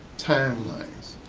tan lines,